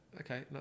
okay